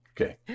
Okay